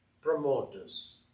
promoters